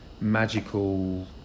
magical